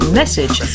message